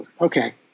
Okay